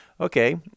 okay